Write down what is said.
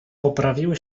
poprawiły